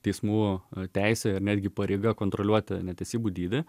teismų teisė ir netgi pareiga kontroliuoti netesybų dydį